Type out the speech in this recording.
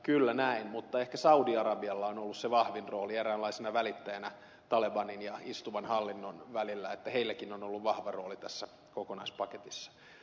kyllä näin mutta ehkä saudi arabialla on ollut se vahvin rooli eräänlaisena välittäjänä talebanin ja istuvan hallinnon välillä heilläkin on ollut vahva rooli tässä kokonaispaketissa